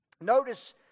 Notice